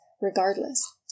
regardless